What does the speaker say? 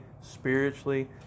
spiritually